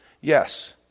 Yes